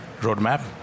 roadmap